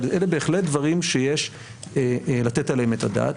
אבל אלה בהחלט דברים שיש לתת עליהם את הדעת.